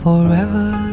Forever